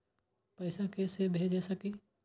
पैसा के से भेज सके छी?